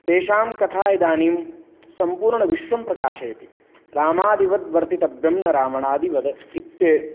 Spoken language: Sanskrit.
तेषां कथा इदानीं सम्पूर्णविश्वं प्रकाशयति रामादिवत् वर्तितव्यं न रावणादिवद् इति